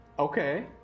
Okay